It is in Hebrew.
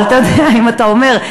אבל אם אתה אומר,